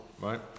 right